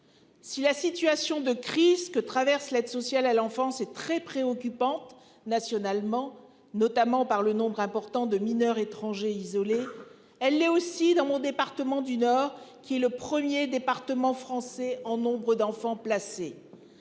Si la situation de crise que traverse l'aide sociale à l'enfance est très préoccupante nationalement notamment par le nombre important de mineurs étrangers isolés. Elle est aussi dans mon département du Nord qui est le 1er département français en nombre d'enfants placés.